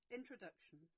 Introduction